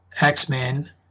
X-Men